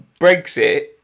Brexit